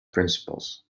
principals